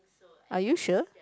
are you sure